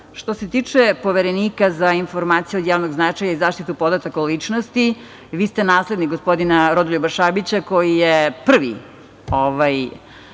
se tiče Poverenika za informacije od javnog značaja i zaštitu podataka o ličnosti, vi ste naslednik gospodina Rodoljuba Šabića koji je prvi